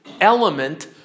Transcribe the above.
element